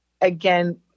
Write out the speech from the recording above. again